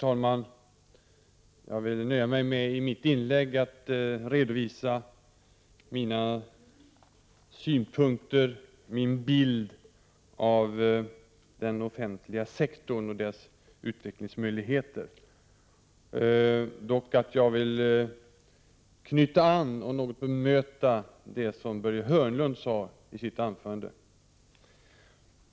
Herr talman! Jag skall i mitt inlägg redovisa min bild av den offentliga sektorn och dess utvecklingsmöjligheter. Jag vill dock först knyta an till och något bemöta det som Börje Hörnlund sade i sitt anförande.